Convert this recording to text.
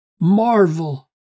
marvel